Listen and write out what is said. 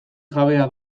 jabea